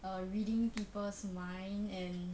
err reading people's mind and